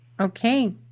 Okay